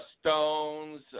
stones